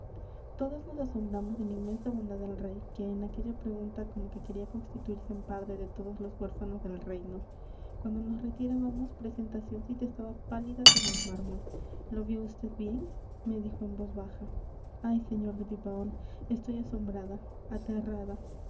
todos nos asombramos de la inmensa bondad del rey que en aquella pregunta como que quería constituirse en padre de todos los huérfanos del reino cuando nos retirábamos presentacioncita estaba pálida como el mármol le vio vd bien me dijo en voz baja ay sr de pipaón estoy asombrada aterrada